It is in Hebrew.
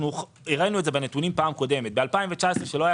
הראינו את זה בנתונים בפעם הקודמת: בשנת 2019 כשלא הייתה